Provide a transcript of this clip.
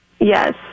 Yes